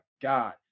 God